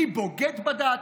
מי בוגד בדת.